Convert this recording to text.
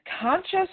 conscious